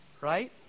Right